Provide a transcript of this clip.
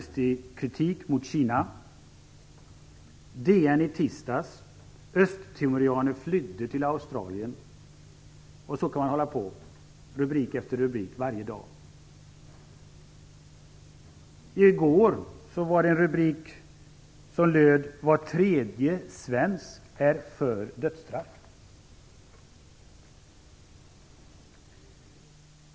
Så kan man läsa i rubrik efter rubrik varje dag. I går kunde man läsa en rubrik om att var tredje svensk är för dödsstraff.